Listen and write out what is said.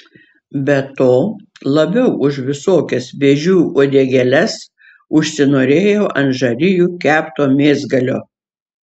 be to labiau už visokias vėžių uodegėles užsinorėjau ant žarijų kepto mėsgalio